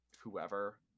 whoever